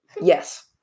Yes